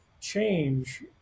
change